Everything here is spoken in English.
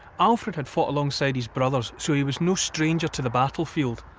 alfred had fought alongside his brothers so he was no stranger to the battlefield.